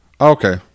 Okay